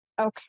Okay